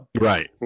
Right